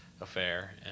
affair